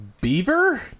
Beaver